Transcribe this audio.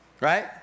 right